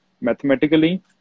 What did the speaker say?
mathematically